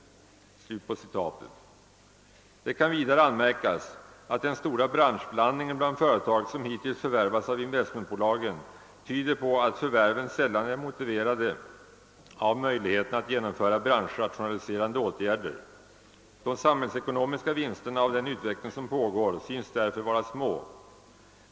Det kan vidare anmärkas att den stora branschblandningen bland företag som hittills förvärvats av investmentbolagen tyder på att förvärven sällan är motiverade av möjligheten att genomföra branschrationaliserande åtgärder. De samhällsekonomiska vinsterna av den utveckling som pågår syns därför vara små.